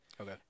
Okay